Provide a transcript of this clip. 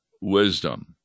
wisdom